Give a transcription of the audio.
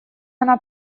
она